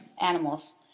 animals